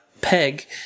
peg